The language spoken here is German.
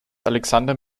alexander